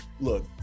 look